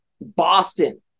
Boston